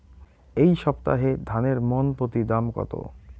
এই সপ্তাহে ধানের মন প্রতি দাম কত?